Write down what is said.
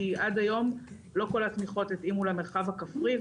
כי עד היום לא כל התמיכות התאימו למרחב הכפרי.